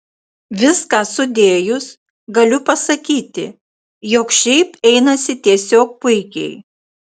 viską sudėjus galiu pasakyti jog šiaip einasi tiesiog puikiai